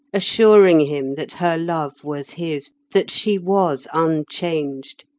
assuring him that her love was his, that she was unchanged.